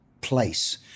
place